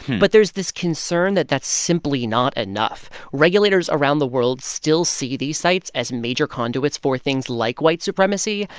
but there's this concern that that's simply not enough. regulators around the world still see these sites as major conduits for things like white supremacy.